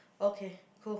okay cool